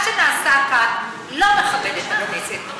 מה שנעשה כאן לא מכבד את הכנסת.